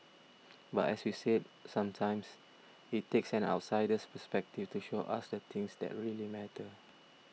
but as we said sometimes it takes an outsider's perspective to show us the things that really matter